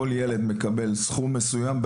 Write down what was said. כל ילד מקבל סכום מסוים,